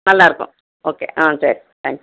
நல்லாயிருக்கும் ஓகே ஆ சரி தேங்க்ஸ்